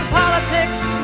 politics